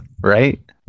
right